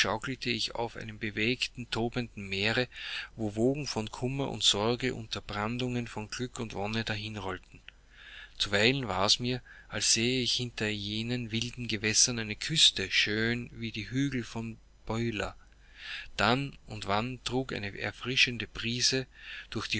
auf einem bewegten tobenden meere wo wogen von kummer und sorge unter brandungen von glück und wonne dahinrollten zuweilen war mir's als sähe ich hinter jenen wilden gewässern eine küste schön wie die hügel von beulah dann und wann trug eine erfrischende brise durch die